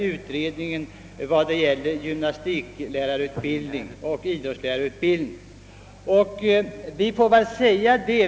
Utredningen när det gäller gymnastikoch idrottslärarutbildningen kom emellertid snabbare.